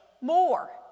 more